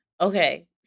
Okay